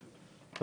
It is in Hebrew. לצה"ל.